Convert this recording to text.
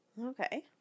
Okay